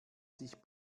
sich